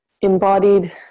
embodied